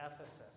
Ephesus